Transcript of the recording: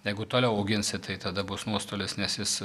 jeigu toliau auginsi tai tada bus nuostolis nes vis